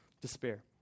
despair